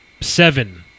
Seven